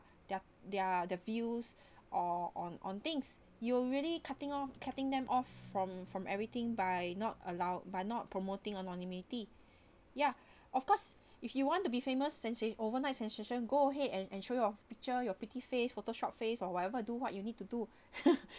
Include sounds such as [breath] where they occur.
their their their views [breath] or on on things you will really cutting off cutting them off from from everything by not allow but not promoting anonymity [breath] ya [breath] of course [breath] if you want to be famous sense~ overnight sensation go ahead and and show your picture your pretty face photoshop face or whatever do what you need to do [laughs]